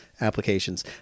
applications